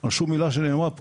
על שום מילה שנאמרה פה.